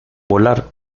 volar